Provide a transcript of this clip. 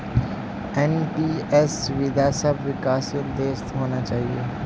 NPS सुविधा सब विकासशील देशत होना चाहिए